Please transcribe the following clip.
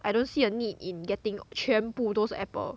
I don't see a need in getting 全部都是 apple